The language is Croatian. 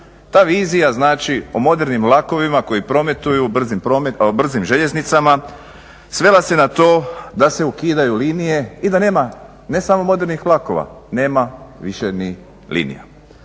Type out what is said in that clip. Ta vizija znači o modernim vlakovima koji prometuju brzim željeznicama svela se na to da se ukidaju linije i da nema, ne samo modernih vlakova, nema više ni linija.